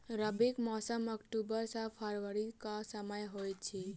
रबीक मौसम अक्टूबर सँ फरबरी क समय होइत अछि